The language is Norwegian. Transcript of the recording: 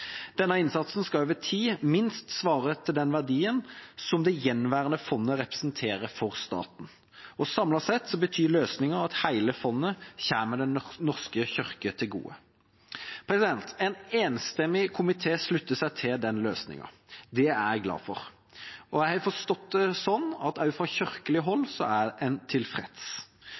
Denne innsatsen skal over tid minst svare til den verdien som det gjenværende fondet representerer for staten. Samlet sett betyr løsningen at hele fondet kommer Den norske kirke til gode. En enstemmig komité slutter seg til denne løsningen. Det er jeg glad for. Jeg har forstått det sånn at også fra kirkelig hold er en tilfreds.